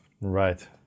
Right